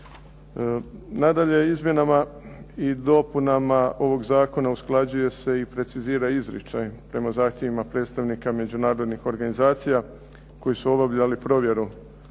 Nadalje, izmjenama i dopunama ovog zakona usklađuje se i precizira izričaj prema zahtjevima predstavnika međunarodnih organizacija koji su obavljali provjeru